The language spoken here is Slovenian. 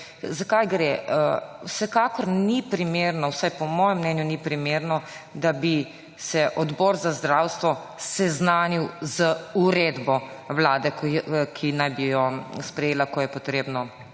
za kaj gre? Vsekakor ni primerno, vsaj po mojem mnenju ni primerno, da bi se Odbor za zdravstvo seznanil z uredbo Vlade, ki naj bi jo sprejela, ko je potrebna